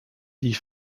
die